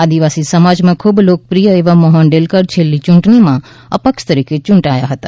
આદિવાસી સમાજમાં ખૂબ લોકપ્રિય એવા મોહન ડેલકર છેલ્લી યૂંટણીમાં અપક્ષ તરીકે ચૂંટાયા હતા